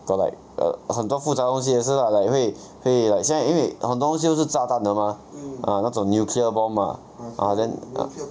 got like err 很多复杂的东西也是 lah like 会会 like 现在因为很多东西都是炸弹的 mah ah 那种 nuclear bomb ah then ah